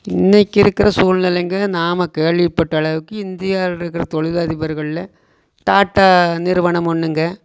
இன்னைக்கு இருக்கிற சூழ்நிலைங்க நாம் கேள்விப்பட்ட அளவுக்கு இந்தியாவிலிருக்கற தொழில் அதிபர்களில் டாட்டா நிறுவனம் ஒன்றுங்க